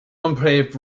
unpaved